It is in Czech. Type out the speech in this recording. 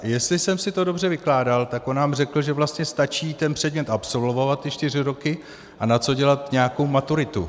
Jestli jsem si to dobře vykládal, tak on nám řekl, že vlastně stačí ten předmět absolvovat, ty čtyři roky, a na co dělat nějakou maturitu.